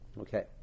Okay